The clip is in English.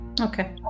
okay